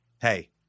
Hey